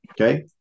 Okay